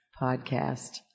podcast